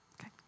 okay